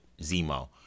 Zemo